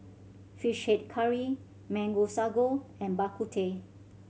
Fish Head Curry Mango Sago and Bak Kut Teh